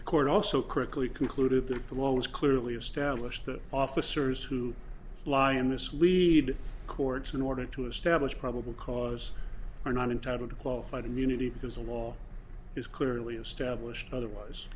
the court also critically concluded that it was clearly established that officers who lie and mislead courts in order to establish probable cause are not entitled to qualified immunity because a law is clearly established otherwise